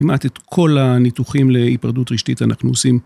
כמעט את כל הניתוחים להיפרדות רשתית אנחנו עושים